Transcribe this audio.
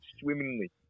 swimmingly